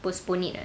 postpone it